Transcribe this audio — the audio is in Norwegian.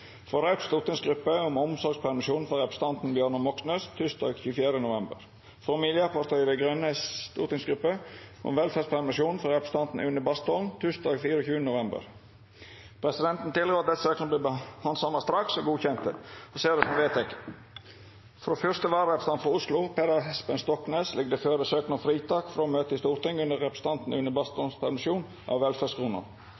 for representanten Bjørnar Moxnes tysdag 24. november frå Miljøpartiet Dei Grønes stortingsgruppe om velferdspermisjon for representanten Une Bastholm tysdag 24. november Presidenten vil føreslå at desse søknadene vert behandla straks og innvilga. – Det er vedteke. Frå første vararepresentant for Oslo, Per Espen Stoknes , ligg det føre søknad om fritak frå å møta i Stortinget under representanten